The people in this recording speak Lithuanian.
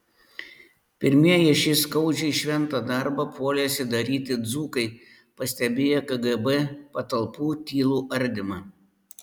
pirmieji šį skaudžiai šventą darbą puolėsi daryti dzūkai pastebėję kgb patalpų tylų ardymą